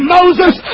Moses